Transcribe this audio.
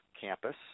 campus